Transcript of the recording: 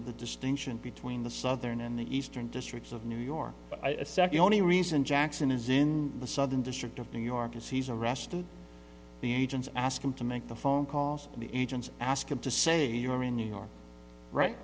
of the distinction between the southern and the eastern district of new york second only reason jackson is in the southern district of new york as he's arrested the agents ask him to make the phone calls and the agents ask him to say you are in new york right